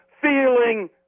feeling